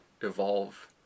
evolve